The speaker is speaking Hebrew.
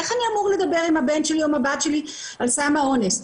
איך אני אמור לדבר עם הבן שלי או עם הבת שלי על סם האונס.